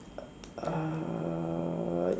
uh